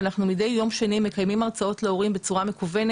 ואנחנו ביום שני מקיימים הרצאות להורים בצורה מקוונות.